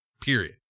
Period